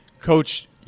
Coach